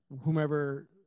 whomever